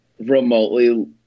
remotely